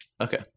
Okay